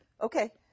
Okay